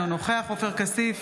אינו נוכח עופר כסיף,